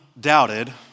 doubted